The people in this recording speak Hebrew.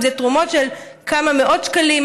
אם זה תרומות של כמה מאות שקלים,